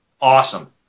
Awesome